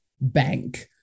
bank